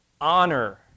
Honor